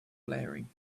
blaring